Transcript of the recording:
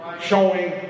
Showing